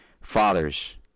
Fathers